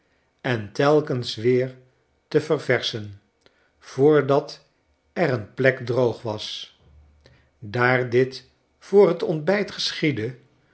en telkens weer te ververschen voordat er eenplek droog was daar dit voor t ontbijt geschiedde